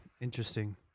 Interesting